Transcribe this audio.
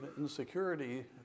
insecurity